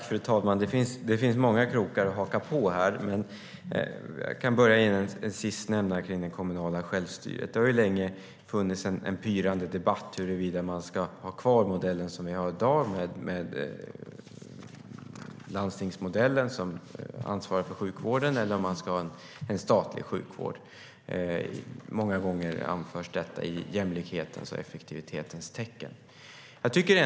Fru talman! Det finns många krokar att haka på här. Jag kan börja med det sistnämnda, det kommunala självstyret. Det har länge funnits en pyrande debatt om huruvida vi ska ha kvar den modell som vi har i dag, där landstingen ansvarar för sjukvården, eller om vi ska ha en statlig sjukvård. Många gånger anförs detta i jämlikhetens och effektivitetens namn.